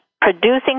producing